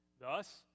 Thus